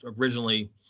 originally